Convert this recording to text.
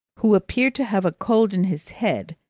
who appeared to have a cold in his head,